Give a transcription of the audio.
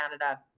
canada